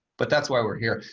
but that's why we're here.